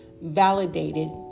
validated